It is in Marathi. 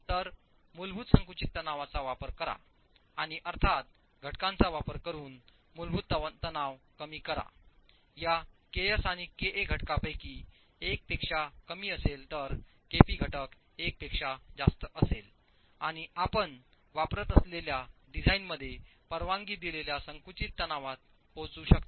तर मूलभूत संकुचित तणावाचा वापर करा आणि अर्थात घटकांचा वापर करून मूलभूत तणाव कमी करा याksआणिkaघटकांपैकी 1 पेक्षा कमी असेल तरkpघटक 1 पेक्षा जास्त असेल आणि आपण वापरत असलेल्या डिझाइन मध्ये परवानगी दिलेल्या संकुचित तणावात पोहोचू शकता